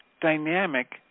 dynamic